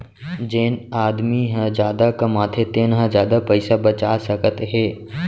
जेन आदमी ह जादा कमाथे तेन ह जादा पइसा बचा सकत हे